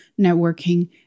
networking